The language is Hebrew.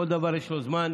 כל דבר יש לו זמן,